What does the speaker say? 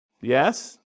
Yes